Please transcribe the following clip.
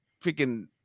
freaking